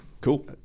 cool